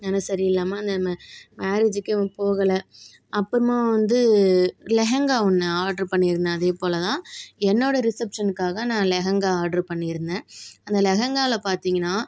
மனசு சரியில்லாமல் அந்த மேரேஜுக்கே போகலை அப்புறமா வந்து லெஹங்கா ஒன்று ஆர்டரு பண்ணியிருந்தேன் அதே போல தான் என்னோடய ரிசெப்ஷன்க்காக நான் லெஹங்கா ஆர்டர் பண்ணியிருந்தேன் அந்த லெஹங்காவில் பார்த்திங்கனா